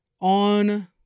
on